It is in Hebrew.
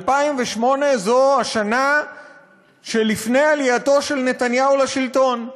2008 זו השנה שלפני עלייתו של נתניהו לשלטון.